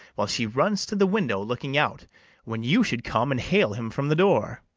while she runs to the window, looking out when you should come and hale him from the door.